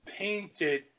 painted